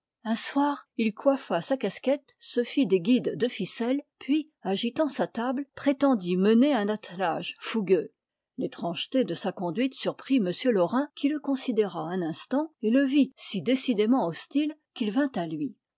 un soir il coiffa sa casquette se fit des guides de ficelle puis agitant sa table prétendit mener un attelage fougueux l'étrangeté de sa conduite surprit m laurin qui le considéra un instant et le vit si décidément hostile qu'il vint à lui